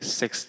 six